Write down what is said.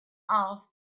off